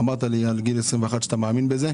אמרת לי על גיל 21 שאתה מאמין בזה,